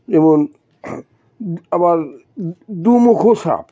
যেমন আবার দুমুখো সাপ